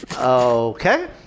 okay